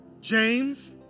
James